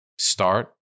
start